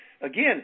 Again